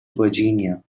virginia